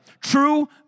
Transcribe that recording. True